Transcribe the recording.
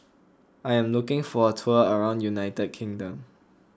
I am looking for a tour around United Kingdom